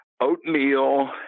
oatmeal